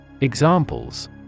Examples